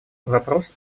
вопрос